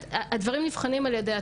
בענייני הסרה של תוכן.